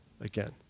again